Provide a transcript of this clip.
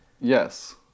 Yes